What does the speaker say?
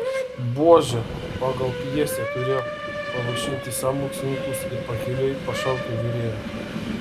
buožė pagal pjesę turėjo pavaišinti sąmokslininkus ir pakiliai pašaukė virėją